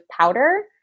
powder